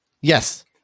yes